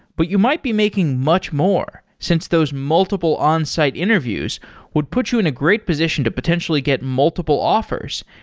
but you might be making much more since those multiple onsite interviews would put you in a great position to potentially get multiple offers,